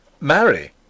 Marry